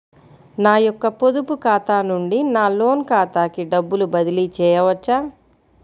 నా యొక్క పొదుపు ఖాతా నుండి నా లోన్ ఖాతాకి డబ్బులు బదిలీ చేయవచ్చా?